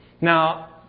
Now